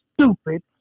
stupid